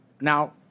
Now